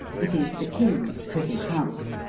it is the king's privy council.